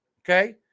Okay